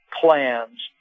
plans